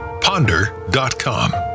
ponder.com